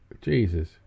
Jesus